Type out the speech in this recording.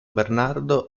bernardo